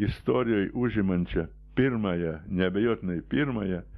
istorijoj užimančią pirmąją neabejotinai pirmąją